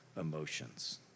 emotions